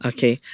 Okay